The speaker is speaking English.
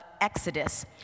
Exodus